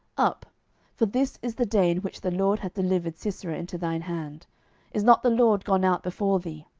up for this is the day in which the lord hath delivered sisera into thine hand is not the lord gone out before thee?